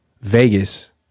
Vegas